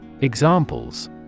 Examples